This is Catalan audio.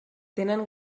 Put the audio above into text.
tenen